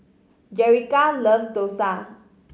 Jerica loves dosa